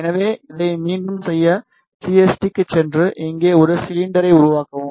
எனவே இதை மீண்டும் செய்ய சிஎஸ்டிக்கு சென்று இங்கே ஒரு சிலிண்டரை உருவாக்கவும்